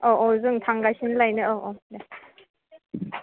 औ औ जों थांगासिनो लायनो औ औ दे